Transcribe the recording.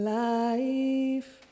life